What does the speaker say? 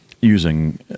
using